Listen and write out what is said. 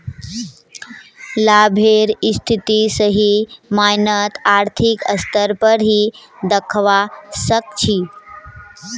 लाभेर स्थिति सही मायनत आर्थिक स्तर पर ही दखवा सक छी